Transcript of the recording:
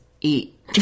eat